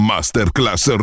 Masterclass